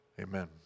amen